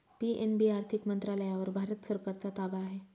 PNB आर्थिक मंत्रालयावर भारत सरकारचा ताबा आहे